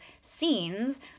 scenes